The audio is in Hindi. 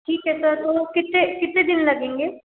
ठीक है सर तो कितने कितने दिन लगेंगे